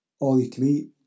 all-you-can-eat